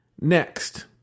Next